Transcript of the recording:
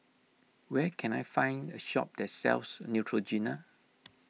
where can I find a shop that sells Neutrogena